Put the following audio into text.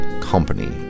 company